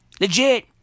Legit